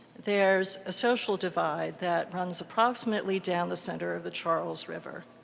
there's a social divide that runs approximately down the center of the charles river.